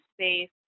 space